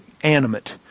animate